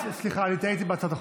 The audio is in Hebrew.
סליחה, אני טעיתי בהצעת החוק.